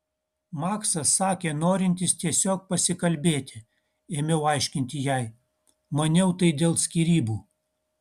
maksas sakė norintis tiesiog pasikalbėti ėmiau aiškinti jai maniau tai dėl skyrybų